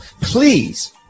please